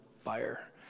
fire